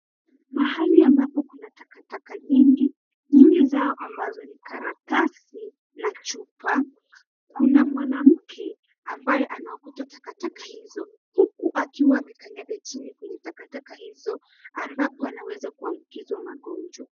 Mahali ambapo kuna takataka nyingi, nyingi zao ambazo ni karatasi na chupa, kuna mwanamke ambaye anaokota takataka hizo, huku akiwa amekanyaga chini kwenye takataka hizo, ambapo anaweza kuambukizwa magonjwa.